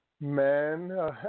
Man